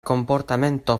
comportamento